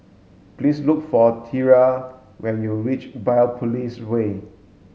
please look for Tyree when you reach Biopolis Way